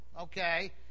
okay